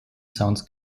sounds